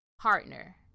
partner